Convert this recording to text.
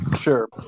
Sure